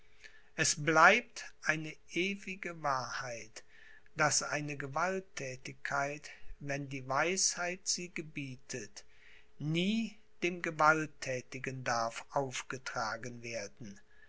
es bleibt eine ewige wahrheit daß eine gewalttätigkeit wenn die weisheit sie gebietet nie dem gewalttätigen darf aufgetragen werden